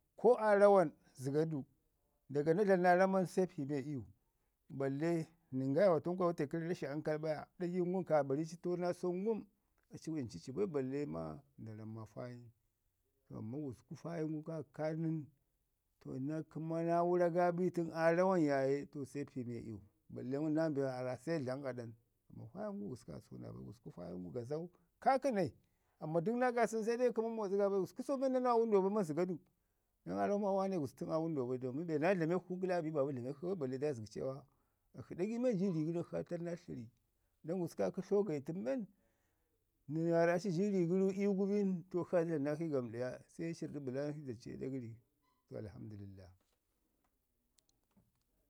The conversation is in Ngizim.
ko aa rawan zəgo du daga na dlamu naa raman se piime iyu. Balle nəngawo tən wate kəri rashi ankal baya, ɗagai ngum kaabari tau naa sau ngum aci ancu ci bai balle maa nda ramu maa faayin. To amman gusku faayin gu kaka kaa nən, to na kəma naa wura ga bi tənu aa rawan yaaye to se piime iyu, balle ngum naa mi waarra se dlam aaɗan faayin gu gusku naabai, usku faayin gazau kaakənai amman dək nap kaasən se dai kəma matsi ga bai. Gusku sau men na naawa aa wənduwa amman zəga du, dən aa raamaui maa waane gusku tən aa wənduwa bai domin be naa dlamek shi babu dlamek shi bai balle da zəgi cewa akshi ɗagai man ji ri gərin akshi da tai naa tləni. Dən gusku kaakə tlau gayi tən men, nən maarra aci ji ri gəri iyu gu bin, to akshi aa dlama nakshi gamɗaya, se aci rrəɗu bəlan da ca aɗa gəri. To Alhamdulillah.